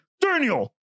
Daniel